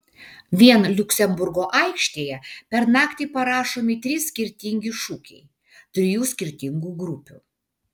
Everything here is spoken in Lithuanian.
vien liuksemburgo aikštėje per naktį parašomi trys skirtingi šūkiai trijų skirtingų grupių